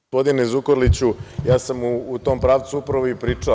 Gospodine Zukoriliću, ja sam u tom pravcu upravo i pričao.